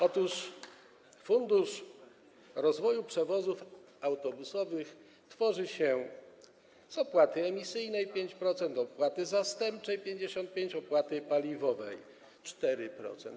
Otóż fundusz rozwoju przewozów autobusowych tworzy się ze środków z opłaty emisyjnej - 5%, opłaty zastępczej - 55%, opłaty paliwowej - 4%.